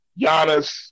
Giannis